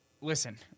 listen